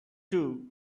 two